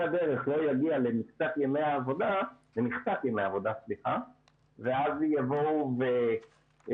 הדרך לא יגיע למכסת ימי העבודה ואז ידרשו בצורה